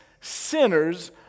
sinners